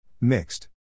Mixed